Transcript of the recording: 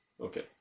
Okay